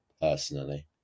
personally